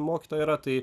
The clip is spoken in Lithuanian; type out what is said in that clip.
mokytojo yra tai